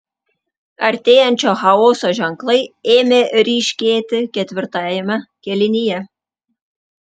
artėjančio chaoso ženklai ėmė ryškėti ketvirtajame kėlinyje